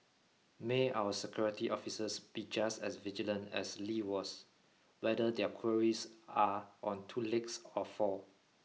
may our security officers be just as vigilant as Lee was whether their quarries are on two legs or four